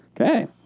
Okay